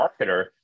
marketer